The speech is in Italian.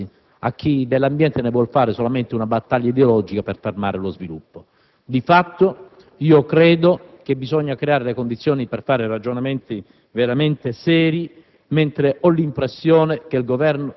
ma anche non lasciando assolutamente spazio a chi dell'ambiente ne vuol fare solamente una battaglia ideologica per fermare lo sviluppo. Di fatto, credo che bisogna creare le condizioni per fare ragionamenti veramente seri,